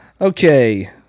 Okay